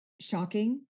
shocking